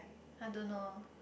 I don't know